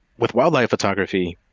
with wildlife photography,